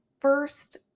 first